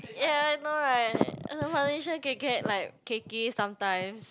ya I know right the foundation can get like cakey sometimes